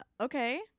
okay